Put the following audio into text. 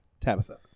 tabitha